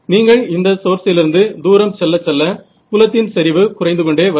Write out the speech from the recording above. நீங்கள் இந்த சோர்ஸிலிருந்து தூரம் செல்லச் செல்ல புலத்தின் செறிவு குறைந்து கொண்டே வரும்